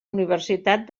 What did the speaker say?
universitat